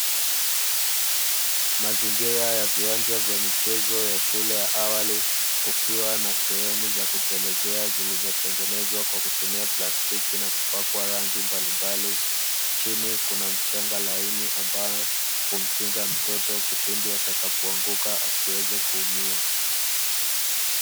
Mazingira ya viwanja vya michezo ya shule ya awali, kukiwa na sehemu za kutelezea zilizotengenezwa kwa kutumia plastiki na kupakwa rangi mbalimbali, chini kuna mchanga laini ambao umkinga mtoto kipindi atakapo anguka asiweze kuumia.